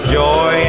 joy